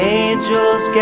angels